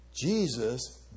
Jesus